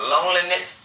Loneliness